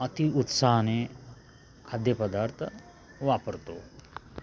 अतिउत्साहाने खाद्यपदार्थ वापरतो